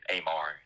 Amar